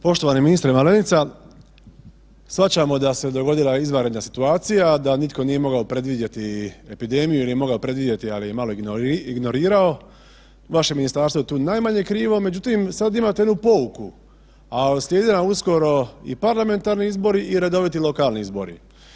Poštovani ministre Malenica, shvaćamo da se dogodila izvanredna situacija da nitko nije mogao predvidjeti epidemiju, nije mogao predvidjeti ali je malo ignorirao, vaše ministarstvo je tu najmanje krivo, međutim sad imate jednu pouku, a slijede nam uskoro i parlamentarni izbori i redoviti lokalni izbori.